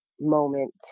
moment